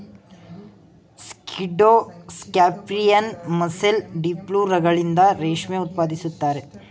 ಸ್ಕಿಡ್ಡೋ scorpion, mussel, ಡಿಪ್ಲುರಗಳಿಂದ ರೇಷ್ಮೆ ಉತ್ಪಾದಿಸುತ್ತಾರೆ